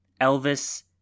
Elvis